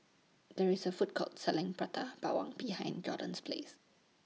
There IS A Food Court Selling Prata Bawang behind Jordyn's Police